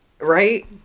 Right